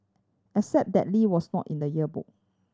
except that Lee was not in the yearbook